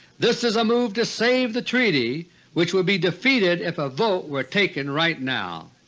this is a move to save the treaty which would be defeated if a vote were taken right now.